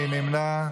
מי נמנע?